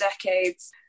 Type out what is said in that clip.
decades